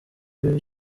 bibi